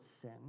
sin